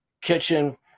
kitchen